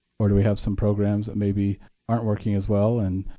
or do we have some programs that maybe aren't working as well and